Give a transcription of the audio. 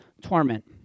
torment